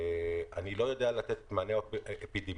אני לא יודע לתת מענה אפידמיולוגי.